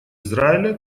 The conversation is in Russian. израиля